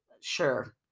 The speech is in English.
Sure